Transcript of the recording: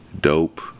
Dope